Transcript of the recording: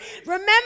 remember